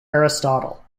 aristotle